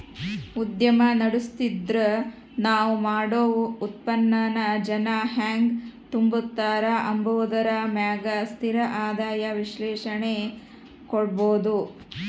ಉದ್ಯಮ ನಡುಸ್ತಿದ್ರ ನಾವ್ ಮಾಡೋ ಉತ್ಪನ್ನಾನ ಜನ ಹೆಂಗ್ ತಾಂಬತಾರ ಅಂಬಾದರ ಮ್ಯಾಗ ಸ್ಥಿರ ಆದಾಯ ವಿಶ್ಲೇಷಣೆ ಕೊಡ್ಬೋದು